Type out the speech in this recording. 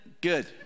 good